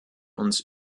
uns